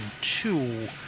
two